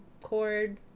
cord